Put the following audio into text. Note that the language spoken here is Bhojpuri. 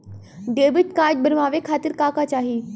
डेबिट कार्ड बनवावे खातिर का का चाही?